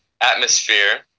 atmosphere